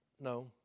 No